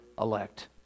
elect